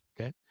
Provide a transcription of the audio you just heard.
Okay